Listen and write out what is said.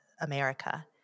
America